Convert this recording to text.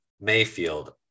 Mayfield